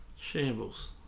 Shambles